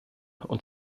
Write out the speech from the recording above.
und